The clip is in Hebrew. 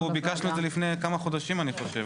אנחנו ביקשנו את זה לפני כמה חודשים, אני חושב.